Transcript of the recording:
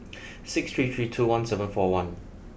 six three three two one seven four one